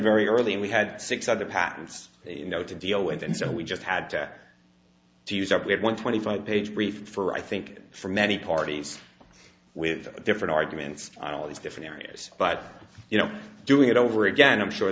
very early and we had six other patents you know to deal with and so we just had to have to use up we had one twenty five page brief or i think for many parties with different arguments on all these different areas but you know doing it over again i'm sure